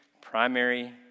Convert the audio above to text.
primary